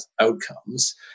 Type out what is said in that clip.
outcomes